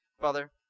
Father